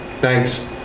Thanks